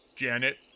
Janet